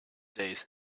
days